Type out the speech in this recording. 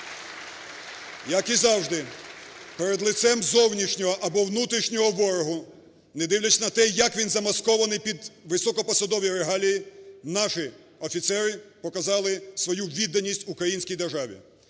Як і завжди, перед лицем зовнішнього або внутрішнього ворогу, не дивлячись на те, як він замаскований під високопосадові регалії, наші офіцери показали свою відданість українській державі.